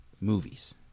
movies